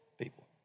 people